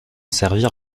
servir